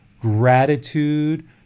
gratitude